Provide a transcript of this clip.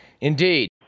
Indeed